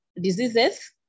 diseases